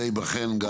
זה ייבחן.